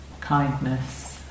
kindness